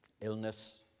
illness